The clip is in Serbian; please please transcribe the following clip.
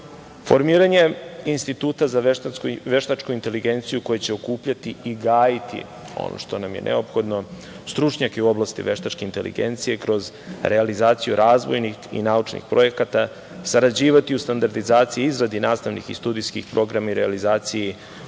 položaja. Formiranje Instituta za veštačku inteligenciju, koji će okupljati i gajiti ono što nam je neophodno, stručnjake u oblasti veštačke inteligencije kroz realizaciju razvojnih i naučnih projekata, sarađivati u standardizaciji i izgradi nastavnih i studijskih programa i realizaciji